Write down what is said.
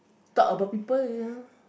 talk about people ya